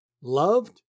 loved